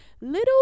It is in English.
little